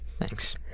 thanks.